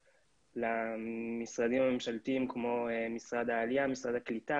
למשרדים הממשלתיים כמו משרד העלייה והקליטה